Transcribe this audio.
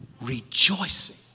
rejoicing